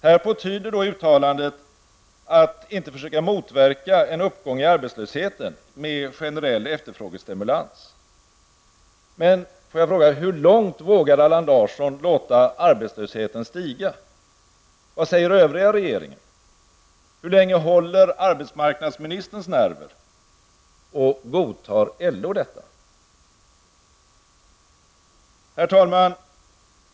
Härpå tyder uttalandet att inte försöka motverka en uppgång i arbetslösheten med generell efterfrågestimulans. Men hur långt vågar Allan Larsson låta arbetslösheten stiga? Vad säger övriga regeringen? Hur länge håller arbetsmarknadsministerns nerver? Och godtar LO detta? Herr talman!